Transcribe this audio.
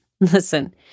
listen